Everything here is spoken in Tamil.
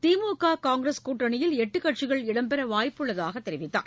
திமுக காங்கிரஸ் கூட்டணியில் எட்டு கட்சிகள் இடம்பெற வாய்ப்புள்ளதாக தெரிவித்தார்